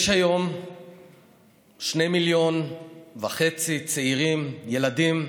יש היום 2.5 מיליון צעירים, ילדים,